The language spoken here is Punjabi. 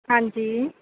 ਹਾਂਜੀ